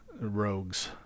rogues